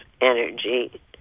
energy